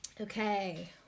okay